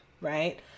right